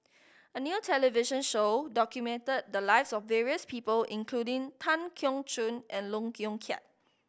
a new television show documented the lives of various people including Tan Keong Choon and Lee Yong Kiat